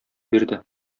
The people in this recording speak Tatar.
бирде